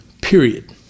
period